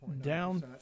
down